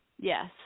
Yes